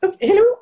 Hello